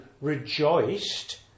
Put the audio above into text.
rejoiced